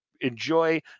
enjoy